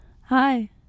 Hi